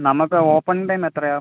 നമുക്ക് open time എത്രയാണ്